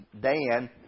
Dan